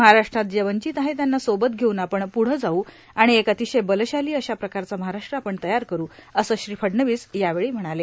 महाराष्ट्रात जे वंचित आहे त्यांना सोबत घेऊन आपण प्रदं जाऊ आणि एक अंतिशय बलशाली अशाप्रकारचा महाराष्ट्र आपण तयार करू असं श्री फडणवीस यावेळी म्हणाले